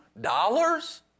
dollars